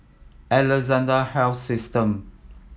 Alexandra Health System